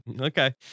Okay